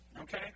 okay